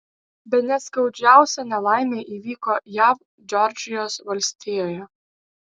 bene skaudžiausia nelaimė įvyko jav džordžijos valstijoje